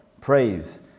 praise